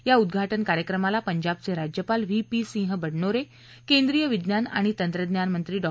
या उद्दाटन कार्यक्रमाला पंजाबचे राज्यपाल व्ही पी सिंह बडनोरे केंद्रीय विज्ञान आणि तंत्रज्ञान मंत्री डॉ